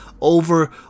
over